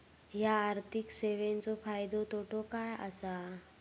हया आर्थिक सेवेंचो फायदो तोटो काय आसा?